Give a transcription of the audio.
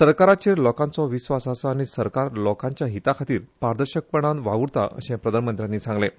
सरकाराचेर लोकांचो विस्वास आसा आनी सरकार लोकांच्या हिता खातीर पारदर्शकपणान वाव्रता अशें प्रधानमंत्र्यांनी सांगलें